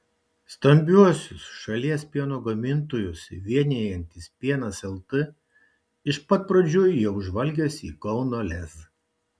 stambiuosius šalies pieno gamintojus vienijantis pienas lt iš pat pradžių jau žvalgėsi į kauno lez